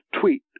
tweet